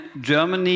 Germany